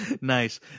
Nice